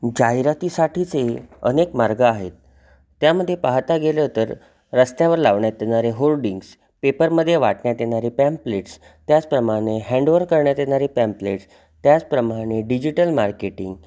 जाहिरातीसाठीचे अनेक मार्ग आहेत त्यामध्ये पाहता गेलं तर रस्त्यावर लावण्यात येणारे होर्डिंग्स पेपरमध्ये वाटण्यात येणारे पॅम्पलेट्स त्याचप्रमाणे हँडओवर करण्यात येणारे पॅम्पलेट्स त्याचप्रमाणे डिजिटल मार्केटिंग